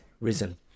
Risen